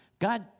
God